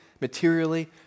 materially